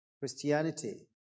Christianity